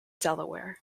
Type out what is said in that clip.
delaware